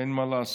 אין מה לעשות,